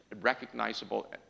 recognizable